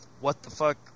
what-the-fuck